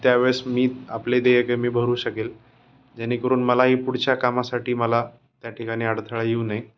त्यावेळेस मी आपले देयके मी भरू शकेल जेणेकरून मलाही पुढच्या कामासाठी मला त्या ठिकाणी अडथळा येऊ नये